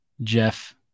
Jeff